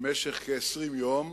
במשך כ-20 יום,